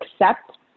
accept